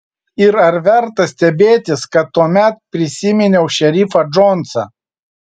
ir ar verta stebėtis kad tuomet prisiminiau šerifą džonsą